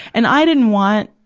and i didn't want,